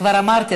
כבר אמרתי,